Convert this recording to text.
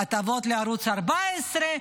הטבות לערוץ 14,